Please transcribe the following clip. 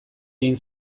egin